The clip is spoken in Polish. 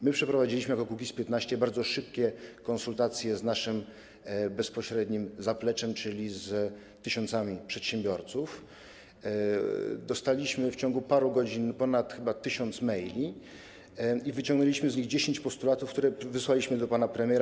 My przeprowadziliśmy jako Kukiz15 bardzo szybkie konsultacje z naszym bezpośrednim zapleczem, czyli z tysiącami przedsiębiorców, dostaliśmy w ciągu paru godzin chyba ponad 1 tys. maili i wyciągnęliśmy z nich 10 postulatów, które wysłaliśmy do pana premiera.